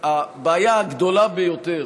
הבעיה הגדולה ביותר